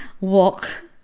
walk